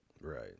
Right